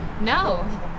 No